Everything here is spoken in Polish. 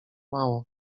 mało